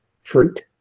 fruit